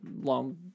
long